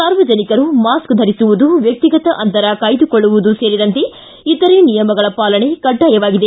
ಸಾರ್ವಜನಿಕರು ಮಾಸ್ಕ್ ಧರಿಸುವುದು ವ್ವಿಚಿಗತ ಅಂತರ ಕಾಯ್ದುಕೊಳ್ಳುವುದು ಸೇರಿದಂತೆ ಇತರೆ ನಿಯಮಗಳ ಪಾಲನೆ ಕಡ್ಡಾಯವಾಗಿದೆ